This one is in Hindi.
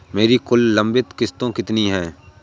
मेरी कुल लंबित किश्तों कितनी हैं?